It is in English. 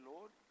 Lord